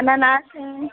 अनानास है